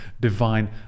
divine